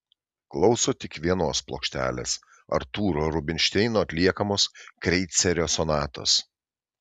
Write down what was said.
klauso tik vienos plokštelės artūro rubinšteino atliekamos kreicerio sonatos